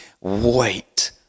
Wait